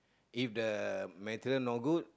if the material no good